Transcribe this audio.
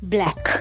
Black